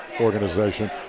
organization